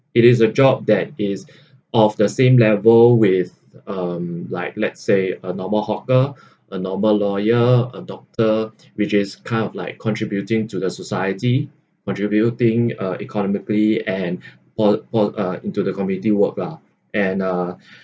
it is a job that is of the same level with um like let's say a normal hawker a normal lawyer a doctor which is kind of like contributing to the society contributing uh economically and all all into the community work lah and uh